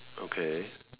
okay